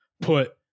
put